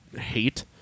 hate